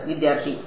വിദ്യാർത്ഥി എ